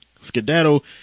Skedaddle